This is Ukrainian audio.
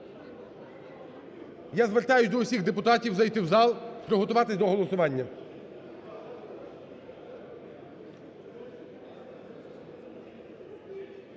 Я звертаюся до усіх депутатів зайти в зал, приготуватись до голосування.